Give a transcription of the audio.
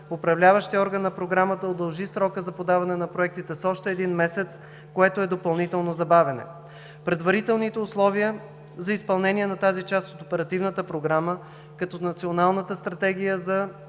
управляващият орган на Програмата удължи срока за подаване на проектите с още един месец, което е допълнително забавяне. Трето, предварителните условия за изпълнение на тази част от Оперативната програма, както Националната стратегия за